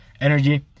energy